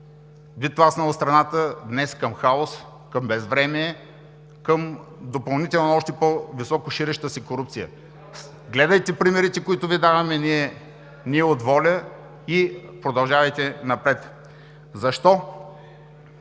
би тласнало страната днес към хаос, към безвремие, към допълнителна, още по-висока, ширеща се корупция. Гледайте примерите, които Ви даваме ние от „Воля“ и продължавайте напред. Защо